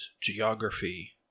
geography